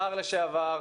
שר לשעבר,